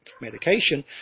medication